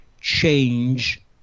change